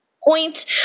point